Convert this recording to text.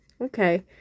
okay